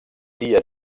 dia